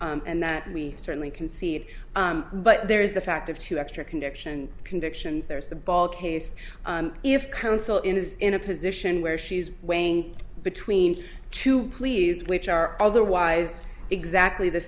and that we certainly can see it but there is the fact of two extra conviction convictions there's the ball case if counsel in his in a position where she's weighing between two pleas which are otherwise exactly the